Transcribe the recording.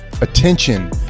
Attention